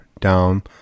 down